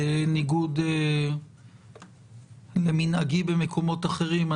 בניגוד למנהגי במקומות אחרים,